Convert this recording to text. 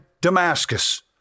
Damascus